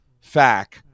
fact